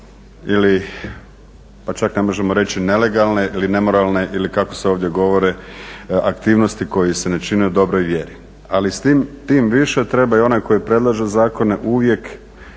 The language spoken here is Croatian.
pa čak ne možemo reći nelegalne ili nemoralne ili kako se ovdje govore aktivnosti koje se ne čine u dobroj vjeri. Ali s tim više treba i onaj koji predlaže zakone uvijek